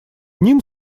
ним